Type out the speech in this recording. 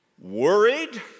worried